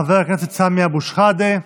חבר הכנסת סמי אבו שחאדה,